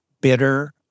bitter